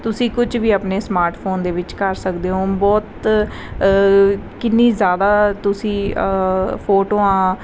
ਤੁਸੀਂ ਕੁਝ ਵੀ ਆਪਣੇ ਸਮਾਰਟ ਫੋਨ ਦੇ ਵਿੱਚ ਕਰ ਸਕਦੇ ਹੋ ਬਹੁਤ ਕਿੰਨੀ ਜ਼ਿਆਦਾ ਤੁਸੀਂ ਫੋਟੋਆਂ